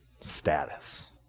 status